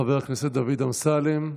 חבר הכנסת דוד אמסלם,